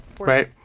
right